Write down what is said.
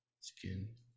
skin